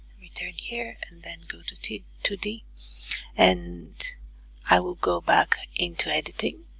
return here and then go to two two d and i will go back into editing